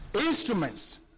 instruments